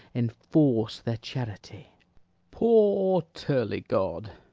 enforce their charity poor turlygod!